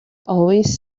always